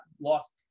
lost